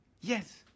Yes